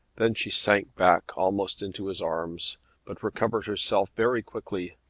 then she sank back almost into his arms but recovered herself very quickly.